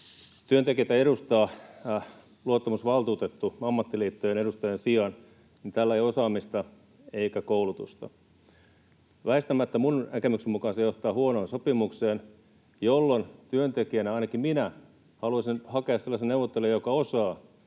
työntekijöitä edustaa luottamusvaltuutettu ammattiliittojen edustajan sijaan, niin tällä ei ole osaamista eikä koulutusta. Väistämättä minun näkemykseni mukaan se johtaa huonoon sopimukseen, jolloin työntekijänä ainakin minä haluaisin hakea sellaisen neuvottelijan, joka osaa,